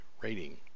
rating